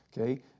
okay